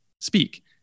speak